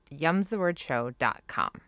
yumsthewordshow.com